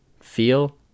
feel